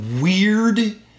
weird